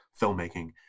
filmmaking